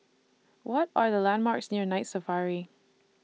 What Are The landmarks near Night Safari